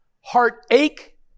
heartache